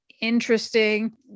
interesting